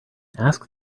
ask